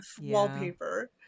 wallpaper